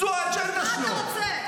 זו האג'נדה שלו.